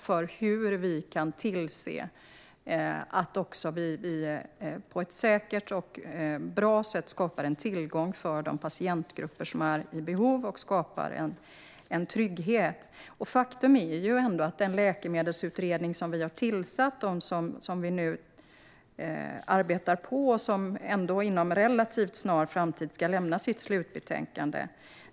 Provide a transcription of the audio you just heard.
Det handlar om att tillse att vi på ett säkert och bra sätt skapar en tillgång för de patientgrupper som är i behov av dessa läkemedel och därmed skapar en trygghet. Vi har tillsatt en läkemedelsutredning, som arbetar på och som inom en relativt snar framtid ska lämna sitt slutbetänkande.